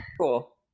Cool